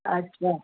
अच्छा